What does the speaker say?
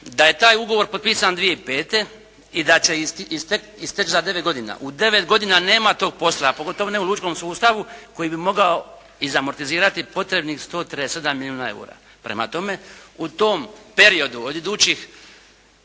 da je taj ugovor potpisan 2005. i da će isteći za devet godina. U devet godina nema tog posla a pogotovo ne u lučkom sustavu koji bi mogao izamortizirati potrebnih 137 milijuna eura. Prema tome, u tom periodu od idućih